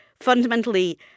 fundamentally